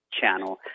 channel